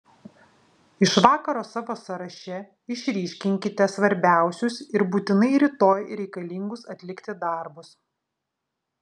iš vakaro savo sąraše išryškinkite svarbiausius ir būtinai rytoj reikalingus atlikti darbus